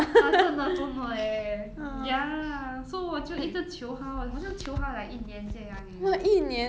!wah! 真的真的 leh ya so 我就一直求他 orh 好像求他 like 一年这样 eh